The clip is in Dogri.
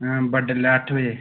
बड्डलै अट्ठ बजे